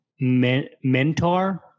mentor